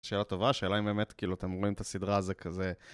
שאלה טובה, השאלה אם באמת, כאילו, אתם רואים את הסדרה זה כזה...